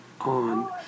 on